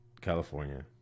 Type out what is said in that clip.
California